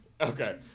okay